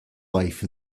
life